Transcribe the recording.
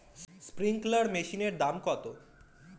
Sprinkler মেশিনের দাম কত?